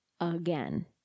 again